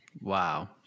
Wow